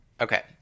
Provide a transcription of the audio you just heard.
Okay